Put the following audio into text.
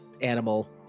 animal